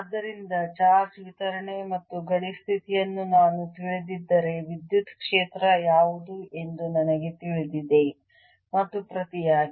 ಆದ್ದರಿಂದ ಚಾರ್ಜ್ ವಿತರಣೆ ಮತ್ತು ಗಡಿ ಸ್ಥಿತಿಯನ್ನು ನಾನು ತಿಳಿದಿದ್ದರೆ ವಿದ್ಯುತ್ ಕ್ಷೇತ್ರ ಯಾವುದು ಎಂದು ನನಗೆ ತಿಳಿದಿದೆ ಮತ್ತು ಪ್ರತಿಯಾಗಿ